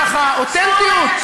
ככה, אותנטיות?